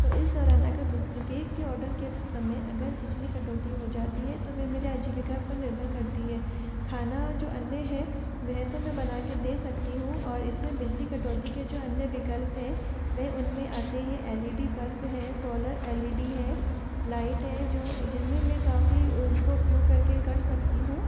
तो इस दौरान अगर बिजल केक के ऑर्डर के समय अगर बिजली कटौती हो जाती है तो मैं मेरे आजीविका पर निर्भर करती है खाना जो अन्य है वह तो मैं बना के दे सकती हूँ और इसमें बिजली कटौती के जो अन्य विकल्प हैं वह उनमें आते हैं एल ई डी बल्ब है सोलर एल ई डी है लाइट है जो जिनमें काफ़ी उनको उपयोग करके कर सकती हूँ